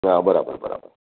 હા બરાબર બરાબર